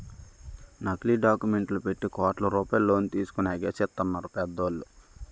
నకిలీ డాక్యుమెంట్లు పెట్టి కోట్ల రూపాయలు లోన్ తీసుకొని ఎగేసెత్తన్నారు పెద్దోళ్ళు